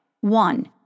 One